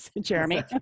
Jeremy